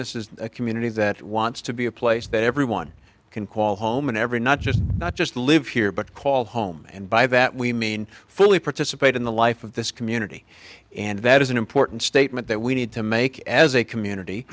this is a community that wants to be a place that everyone can call home and every not just not just live here but call home and by that we mean fully participate in the life of this community and that is an important statement that we need to make as a community